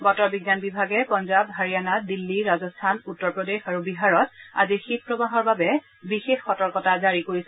বতৰ বিজ্ঞান বিভাগে পাঞ্জাৰ হাৰিয়ানা দিল্লী ৰাজস্থান উত্তৰপ্ৰদেশ আৰু বিহাৰত আজি শীত প্ৰৱাহৰ বাবে বিশেষ সতৰ্কতা জাৰী কৰিছে